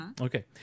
Okay